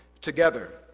together